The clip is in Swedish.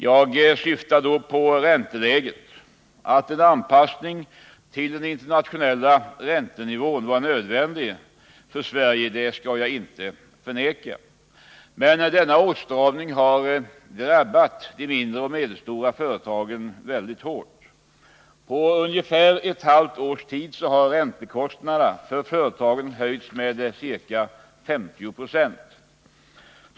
Jag syftar då på ränteläget. Att en anpassning till den internationella räntenivån var nödvändig för Sverige skall inte förnekas. Men denna åtstramning har drabbat den mindre och medelstora företagsamheten hårt. På ungefär ett halvt års tid har räntekostnaderna för företagen höjts med ca 50 96.